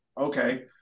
Okay